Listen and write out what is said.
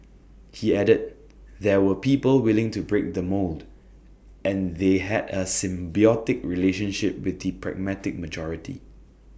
he added there were people willing to break the mould and they had A symbiotic relationship with the pragmatic majority